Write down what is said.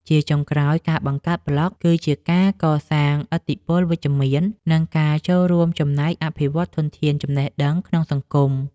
ជាចុងក្រោយ ការបង្កើតប្លក់គឺជាការកសាងឥទ្ធិពលវិជ្ជមាន និងការចូលរួមចំណែកអភិវឌ្ឍធនធានចំណេះដឹងក្នុងសង្គម។